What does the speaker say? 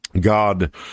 God